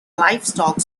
livestock